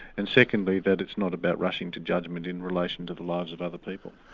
and secondly, that it's not about rushing to judgment in relation to the lives of other people.